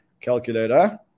Calculator